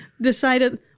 Decided